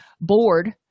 board